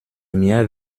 mir